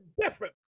different